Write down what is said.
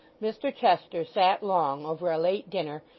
mr chester sat long over a late dinner,